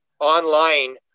online